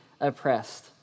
oppressed